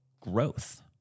growth